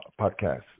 podcast